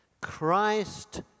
Christ